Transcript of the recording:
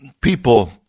people